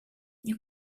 you